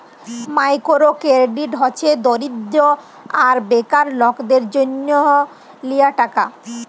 micro credit হছে দরিদ্য আর বেকার লকদের জ্যনহ লিয়া টাকা